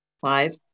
Five